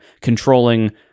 controlling